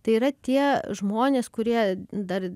tai yra tie žmonės kurie dar